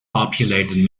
populated